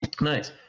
Nice